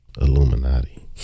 Illuminati